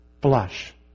blush